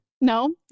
no